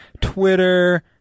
Twitter